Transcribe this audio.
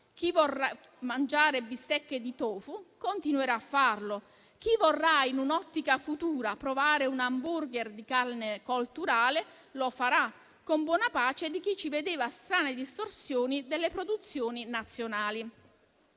chi vorrà mangiare bistecche di tofu continuerà a farlo. Chi vorrà in un'ottica futura provare un *hamburger* di carne colturale lo farà, con buona pace di chi ci vedeva strane distorsioni delle produzioni nazionali.